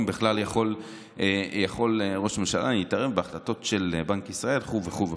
אם בכלל יכול ראש ממשלה להתערב בהחלטות של בנק ישראל וכו'.